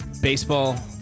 Baseball